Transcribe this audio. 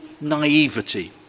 naivety